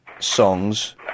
Songs